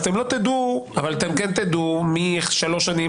אז אתם לא תדעו --- אבל אתם כן תדעו משלוש שנים,